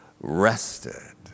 rested